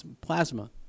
plasma